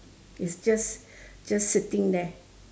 it's just just sitting there